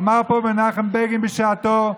אמר פה מנחם בגין בשעתו: